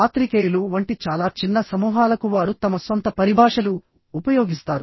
పాత్రికేయులు వంటి చాలా చిన్న సమూహాలకు వారు తమ సొంత పరిభాషలు ఉపయోగిస్తారు